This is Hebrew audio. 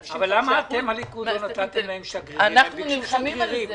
95%. אנחנו נלחמים על זה,